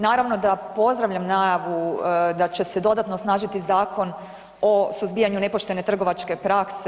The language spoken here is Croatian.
Naravno da pozdravljam najavu da će se dodatno osnažiti Zakon o suzbijanju nepoštene trgovačke prakse.